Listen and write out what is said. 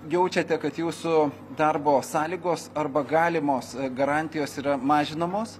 jaučiate kad jūsų darbo sąlygos arba galimos garantijos yra mažinamos